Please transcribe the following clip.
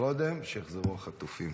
אבל קודם שיחזרו החטופים.